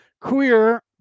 queer